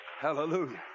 hallelujah